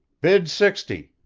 bid sixty,